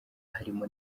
harimo